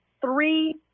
three